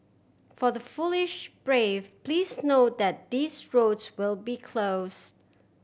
for the foolish brave please note that these roads will be close